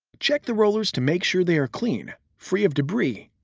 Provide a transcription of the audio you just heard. check the rollers to make sure they are clean, free of debris,